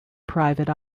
private